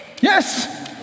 Yes